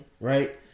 right